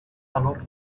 valor